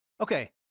Okay